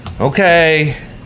Okay